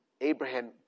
Abraham